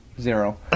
Zero